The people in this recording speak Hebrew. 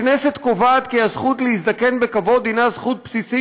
הכנסת קובעת כי הזכות להזדקן בכבוד הינה זכות בסיסית